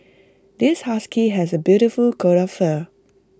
this husky has A beautiful coat of fur